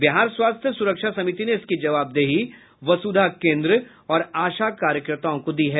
बिहार स्वास्थ्य सुरक्षा समिति ने इसकी जबावदेही बसुधा केन्द्र और आशा कार्यकर्ताओं को दी है